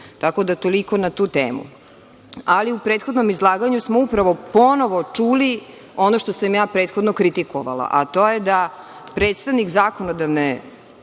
Tako da, toliko na tu temu. Ali, u prethodnom izlaganju smo upravo ponovo čuli ono što sam ja prethodno kritikovala, a to je da predstavnik zakonodavne